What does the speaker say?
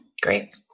Great